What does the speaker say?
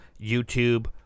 YouTube